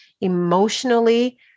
emotionally